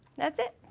that's it!